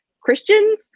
Christians